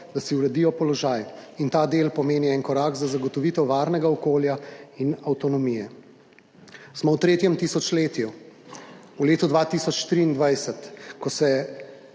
da si uredijo položaj in ta del pomeni en korak za zagotovitev varnega okolja in avtonomije. Smo v tretjem tisočletju, v letu 2023, ko se